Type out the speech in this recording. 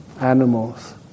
animals